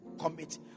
commit